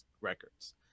records